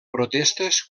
protestes